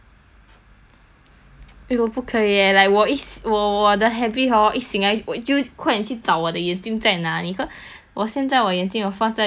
eh 我不可以 leh like 我一兴我的 habit hor 一兴 ah 我就快点去找我的眼镜在那里 cause 我现在我眼镜放在 beside 我的 pillow right then